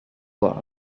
world